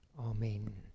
Amen